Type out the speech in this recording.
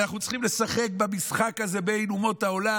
ואנחנו צריכים לשחק במשחק הזה בין אומות העולם,